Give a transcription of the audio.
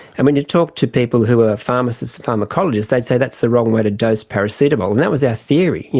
and when you talk to people who are pharmacists and pharmacologists they'd say that's the wrong way to dose paracetamol, and that was our theory. you